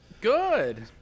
Good